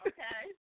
Okay